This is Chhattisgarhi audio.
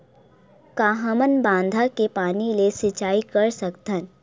का हमन बांधा के पानी ले सिंचाई कर सकथन?